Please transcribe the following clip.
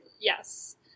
Yes